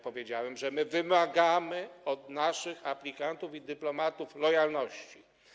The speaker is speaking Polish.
Powiedziałem, że wymagamy od naszych aplikantów i dyplomatów lojalności.